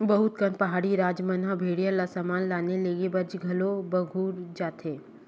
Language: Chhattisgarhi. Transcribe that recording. बहुत कन पहाड़ी राज मन म भेड़िया ल समान लाने लेगे बर घलो बउरे जाथे